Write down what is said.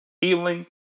Healing